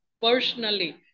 personally